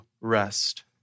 rest